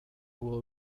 will